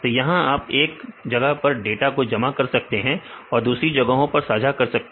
तो यहां आप एक जगह पर डाटा को जमा कर सकते हैं और दूसरी जगहों पर साझा कर सकते हैं